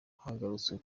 hagarutswe